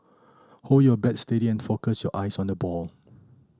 hold your bat steady and focus your eyes on the ball